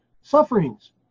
sufferings